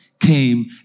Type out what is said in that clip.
came